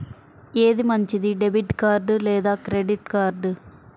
ఏది మంచిది, debit card లేదా క్రెడిట్ కార్డ్?